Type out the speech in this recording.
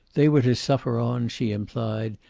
they were to suffer on, she implied,